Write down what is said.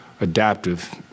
adaptive